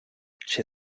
she